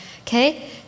okay